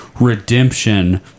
Redemption